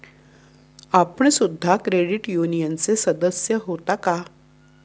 आपण सुद्धा क्रेडिट युनियनचे सदस्य होता का?